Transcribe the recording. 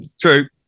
True